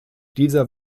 dieser